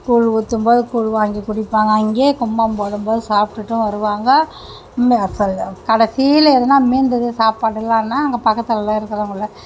கூழ் ஊத்தும்போது கூழ் வாங்கி குடிப்பாங்க அங்கே கும்பம் போடும்போது சாப்டுட்டும் வருவாங்க கடைசியில் எதுனா மீந்தது சாப்பாட்டுலானா அங்கே பக்கத்துலலாம் இருக்கிறவங்கள